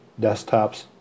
desktops